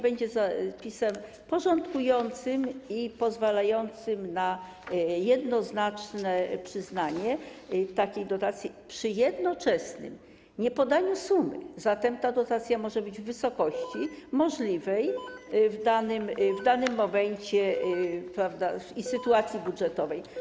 Będzie to zapis porządkujący i pozwalający na jednoznaczne przyznanie takiej dotacji przy jednoczesnym niepodawaniu sumy, zatem ta dotacja może być w wysokości możliwej w danym momencie i danej sytuacji budżetowej.